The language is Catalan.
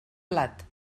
blat